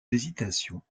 hésitations